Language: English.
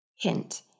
Hint